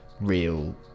real